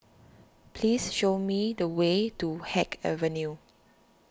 please show me the way to Haig Avenue